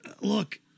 look